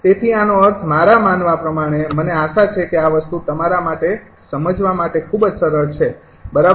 તેથી આનો અર્થ મારા માનવા પ્રમાણે મને આશા છે કે આ વસ્તુ તમારા માટે સમજવા માટે ખૂબ જ સરળ છે બરાબર